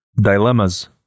dilemmas